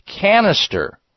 canister